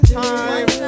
time